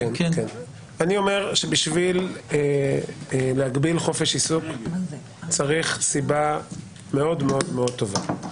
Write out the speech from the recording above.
אני אומר שבשביל להגביל חופש עיסוק צריך סיבה מאוד מאוד מאוד טובה.